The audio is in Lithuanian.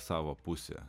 savo pusę